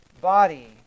body